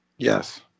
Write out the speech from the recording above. Yes